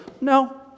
No